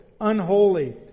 unholy